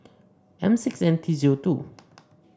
M six N T zero two